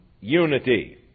unity